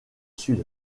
sud